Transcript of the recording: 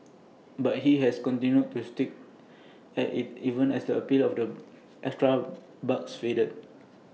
but he has continued to A stick at IT even as the appeal of the extra bucks fades